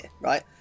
right